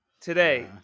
today